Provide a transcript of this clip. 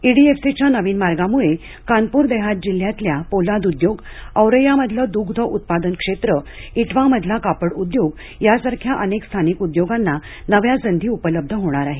ईडीएफसीच्या या नवीन मार्गामुळं कानपूर देहात जिल्ह्यातल्या पोलाद उद्योग औरैयामधलं द्ग्धोत्पादन क्षेत्र इटवाहमधला कापड उद्योग यासारख्या अनेक स्थानिक उद्योगांना नव्या संधी उपलब्ध होणार आहेत